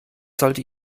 sollte